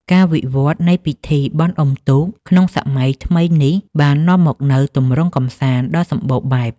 ការវិវត្តនៃពិធីបុណ្យអុំទូកក្នុងសម័យកាលថ្មីនេះ បាននាំមកនូវទម្រង់កម្សាន្តដ៏សម្បូរបែប។